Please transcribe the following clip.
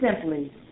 simply